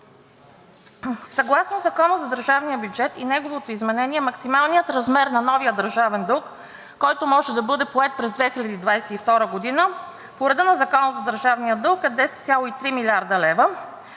Съгласно Закона за държавния бюджет и неговото изменение максималният размер на новия държавен дълг, който може да бъде поет през 2022 г., по реда на Закона за държавния дълг е 10,3 млрд. лв.,